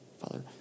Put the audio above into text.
Father